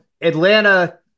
Atlanta